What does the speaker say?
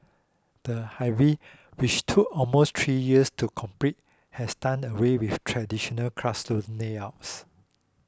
the Hive which took almost three years to complete has done away with traditional classroom layouts